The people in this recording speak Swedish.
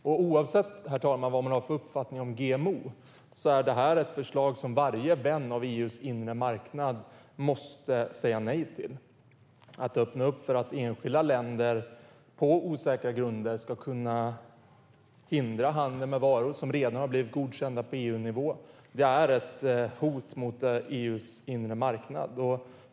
Oavsett vad man har för uppfattning om GMO, herr talman, är detta ett förslag som varje vän av EU:s inre marknad måste säga nej till. Att öppna för att enskilda länder på osäkra grunder ska kunna hindra handel med varor som redan har blivit godkända på EU-nivå är ett hot mot EU:s inre marknad.